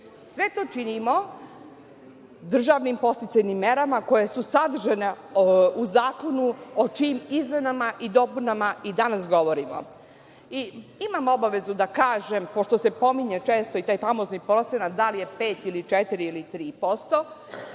Sve to činimo državnim podsticajnim merama koje su sadržana u zakonu o čijim izmenama i dopunama i danas govorimo. Imam obavezu još da kažem, jer se često pominje i taj famozni procenat da li je 5 ili 4 ili 3%,